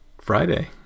Friday